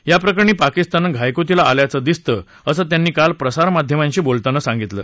याप्रकरणी पाकिस्तान घायकुतीला आल्याचं दिसतं असं त्यांनी काल प्रसारमाध्यमांशी बोलताना सांगितलं